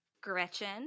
Gretchen